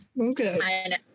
Okay